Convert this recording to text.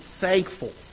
thankful